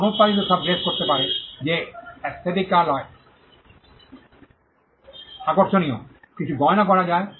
গণ উত্পাদিত সব ড্রেস করতে পারে যা এএসথেটিক্যালয় আকর্ষণীয় কিছু গয়না করা যায়